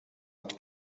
het